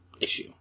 issue